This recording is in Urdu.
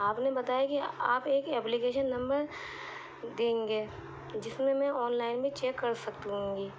آپ نے بتایا کہ آپ ایک اپلکیشن نمبر دیں گے جس میں میں آن لائن میں چیک کر سکوں گی